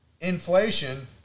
inflation